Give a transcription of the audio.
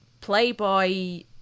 Playboy